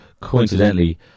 Coincidentally